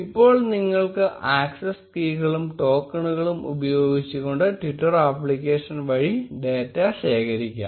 ഇപ്പോൾ നിങ്ങൾക്ക് ആക്സസ് കീകളും ടോക്കണുകളും ഉപയോഗിച്ചുകൊണ്ട് ട്വിറ്റർ അപ്ലിക്കേഷൻ വഴി ഡേറ്റ ശേഖരിക്കാം